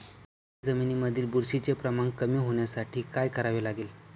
माझ्या जमिनीमधील बुरशीचे प्रमाण कमी होण्यासाठी काय करावे लागेल?